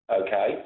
Okay